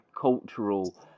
cultural